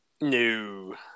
No